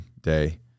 day